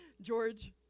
George